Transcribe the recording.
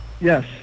Yes